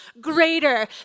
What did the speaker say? greater